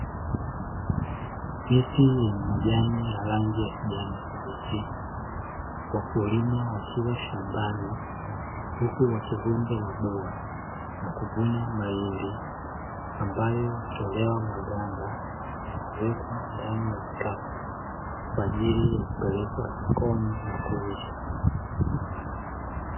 Miti yenye majani ya rangi ya kijani kibichi, wakulima wakiwa shambani, huku wakivunja mabua na kuvuna mahindi ambayo hutolewa maganda na kuwekwa ndani ya vikapu kwa ajili ya kupelekwa sokoni na kuuzwa.